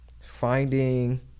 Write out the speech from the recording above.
finding